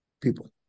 people